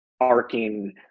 arcing